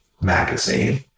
magazine